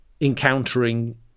encountering